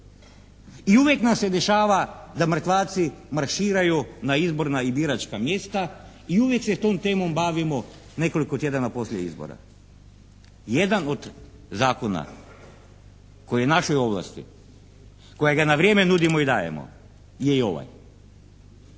I uvijek nam se dešava da mrtvaci marširaju na izborna i biračka mjesta i uvijek se tom temom bavimo nekoliko tjedana poslije izbora. Jedan od zakona koji našoj ovlasti, kojega na vrijeme nudimo i dajemo je i ovaj.